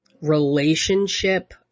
relationship